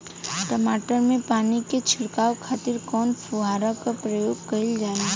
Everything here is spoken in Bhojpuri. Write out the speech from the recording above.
टमाटर में पानी के छिड़काव खातिर कवने फव्वारा का प्रयोग कईल जाला?